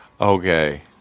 Okay